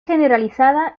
generalizada